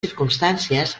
circumstàncies